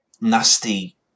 nasty